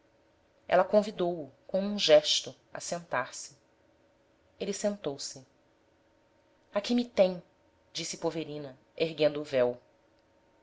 ela convidou-o com um gesto a sentar-se ele sentou-se aqui me tem disse poverina erguendo o véu